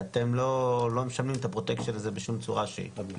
אתם לא משלמים את הפרוטקשן הזה בשום צורה שהיא.